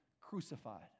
crucified